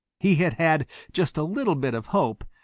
he had had just a little bit of hope,